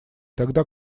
тогда